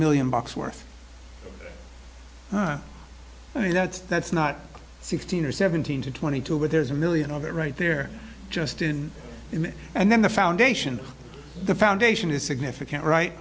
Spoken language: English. million bucks worth i mean that's that's not sixteen or seventeen to twenty two but there's a million of it right there just in and then the foundation the foundation is significant right